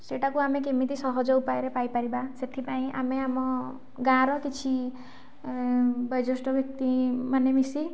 ସେଇଟାକୁ ଆମେ କେମିତି ସହଜ ଉପାୟରେ ପାଇପାରିବା ସେଇଥିପାଇଁ ଆମେ ଆମ ଗାଁର କିଛି ବୟୋଜ୍ୟେଷ୍ଠ ବ୍ୟକ୍ତିମାନେ ମିଶି